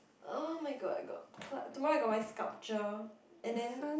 oh-my-god I got cl~ tomorrow I got my sculpture and then